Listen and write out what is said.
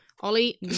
ollie